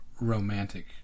romantic